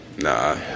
Nah